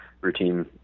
routine